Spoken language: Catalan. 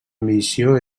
missió